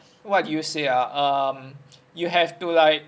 what do you say ah um you have to like